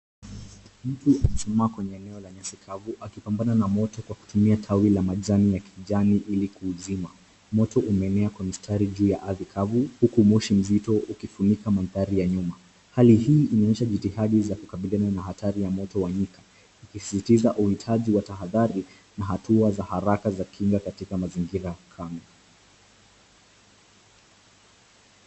Mtu amesimama kwenye eneo la nyasi kavu, akipambana na moto kwa kutumia tawi la majani ya kijani ili kuzima. Moto umeenea kwa mistari juu ya ardhi kavu, huku moshi mzito ukifunika mandhari ya nyuma. Hali hii inaonyesha jitihadi za kukabiliana na hatari ya moto wa nyika. ikisisitiza uhitaji wa tahadhari, na hatua za haraka za kinywa katika mazingira kame.